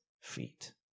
feet